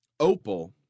Opal